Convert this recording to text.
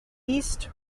east